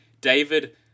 David